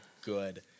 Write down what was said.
good